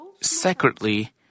secretly